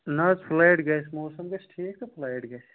نہ حظ فٕلایٹ گَژھِ موسم گَژھِ ٹھیٖک تہٕ فٕلایٹ گَژھِ